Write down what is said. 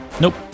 Nope